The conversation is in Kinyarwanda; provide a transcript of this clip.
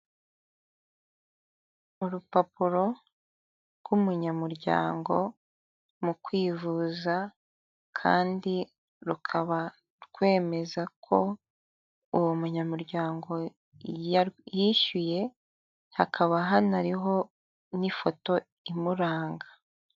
Urupapuro rw'umunyamuryango mu kwivuza, kandi rukaba rwemeza ko uwo munyamuryango ya yishyuye, hakaba hanariho n'ifoto imuranga.